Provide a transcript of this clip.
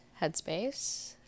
headspace